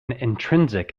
intrinsic